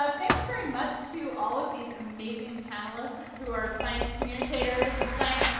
ah thanks very much to all of these amazing panelists who are science communicators and science